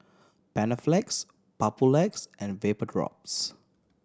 Panaflex Papulex and Vapodrops